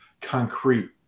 concrete